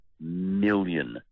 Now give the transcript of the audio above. million